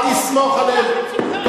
טוב,